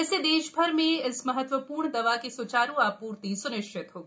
इससे देश भर में इस महत्वपूर्ण दवा की स्चारू आपूर्ति स्निश्चित होगी